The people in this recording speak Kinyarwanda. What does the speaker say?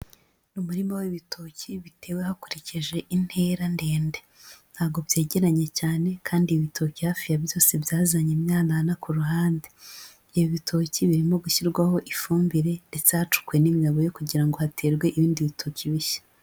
Umurima w'ibitoki bitewe hakurikije intera ndende ntago byegeranye cyane kandi ibitoki hafi ya byose byazanye imyanana ku ruhande, ibi bitoki birimo gushyirwaho ifumbire ndetse hacukuwe n'imyobo yo kugira ngo haterwe ibindi bitoki bishya.